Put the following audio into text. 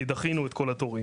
כי דחינו את כל התורים,